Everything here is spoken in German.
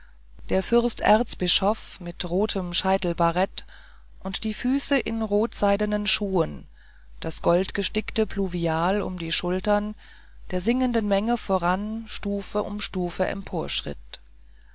der fürsterzbischof mit rotem scheitelbarett und die füße in rotseidenen schuhen das goldgestickte pluvial um die schultern der singenden menge voran stufe um stufe